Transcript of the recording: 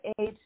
age